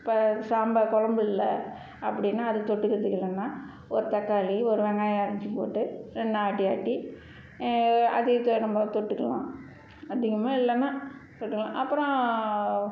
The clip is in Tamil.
இப்போ சாம்பார் கொழம்பு இல்லை அப்படின்னா அது தொட்டுக்கிறதுக்கு இல்லைனா ஒரு தக்காளி ஒரு வெங்காயம் அரிஞ்சு போட்டு ரெண்டு ஆட்டி ஆட்டி அதையும் தொ நம்ம தொட்டுக்கலாம் அதிகமாக இல்லைனா தொட்டுக்கலாம் அப்புறம்